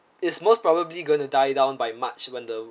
it's most probably gonna die down by march when the